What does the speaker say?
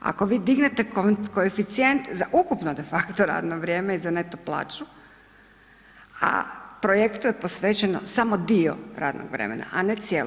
Ako vi dignete koeficijent za ukupno de facto radno vrijeme i za neto plaću, a projektu je posvećeno samo dio radnog vremena, a ne cijelo.